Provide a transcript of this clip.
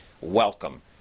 Welcome